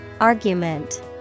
Argument